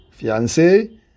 fiancé